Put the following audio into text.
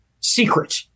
secret